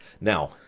Now